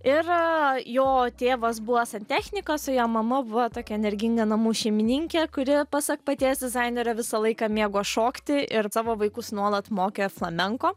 ir jo tėvas buvo santechnikas o jo mama buvo tokia energinga namų šeimininkė kuri pasak paties dizainerio visą laiką mėgo šokti ir savo vaikus nuolat mokė flamenko